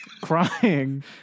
Crying